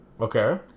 Okay